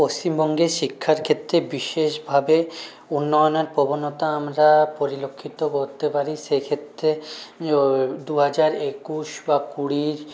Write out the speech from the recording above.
পশ্চিমবঙ্গে শিক্ষার ক্ষেত্রে বিশেষভাবে উন্নয়নের প্রবণতা আমরা পরিলক্ষিত করতে পারি সেক্ষেত্রে দুহাজার একুশ বা কুড়ির